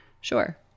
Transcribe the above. Sure